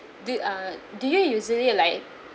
do err do you usually like